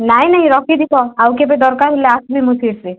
ନାଇଁ ନାଇଁ ରଖିଛି ତ ଆଉ କେବେ ଦରକାର ହେଲା ଆସିବି ମୁଁ କିନତେ